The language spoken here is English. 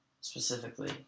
specifically